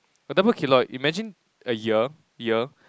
a dumbbell keloid imagine a ear ear